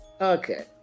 Okay